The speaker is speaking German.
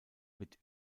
wird